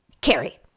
Carrie